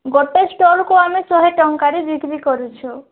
ଗୋଟେ ଷ୍ଟଲ୍କୁ ଆମେ ଶହେ ଟଙ୍କାରେ ବିକ୍ରି କରୁଛୁ